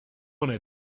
wanna